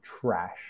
trash